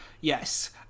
yes